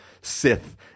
Sith